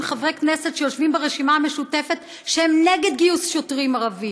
חברי כנסת שיושבים ברשימה המשותפת שהם נגד גיוס שוטרים ערבים,